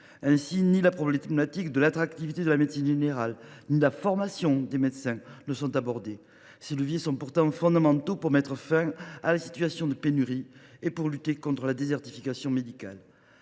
Ainsi, ni la problématique de l’attractivité de la médecine générale ni la formation des médecins ne sont abordées. Ces leviers sont pourtant fondamentaux pour mettre fin à la situation de pénurie et pour lutter contre la désertification médicale.